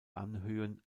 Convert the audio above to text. anhöhen